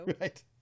right